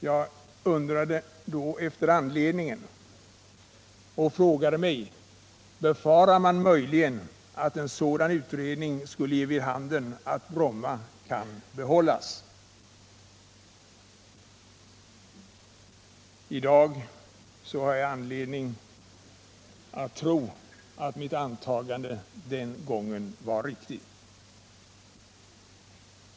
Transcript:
Jag undrade i fjol vad socialdemokraterna hade för anledning härtill och frågade mig: ”Befarar man möjligen att en sådan utredning skulle ge vid handen att Bromma kan behållas?” I dag har jag anledning att tro att mitt antagande den gången var riktigt.